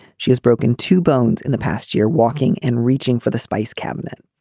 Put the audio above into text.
she has broken two bones in the past year walking and reaching for the spice cabinet.